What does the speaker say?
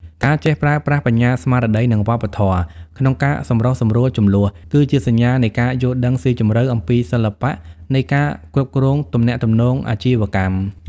ការចេះប្រើប្រាស់ "បញ្ញាស្មារតី និងវប្បធម៌" ក្នុងការសម្រុះសម្រួលជម្លោះ គឺជាសញ្ញានៃការយល់ដឹងស៊ីជម្រៅអំពីសិល្បៈនៃការគ្រប់គ្រងទំនាក់ទំនងអាជីវកម្ម។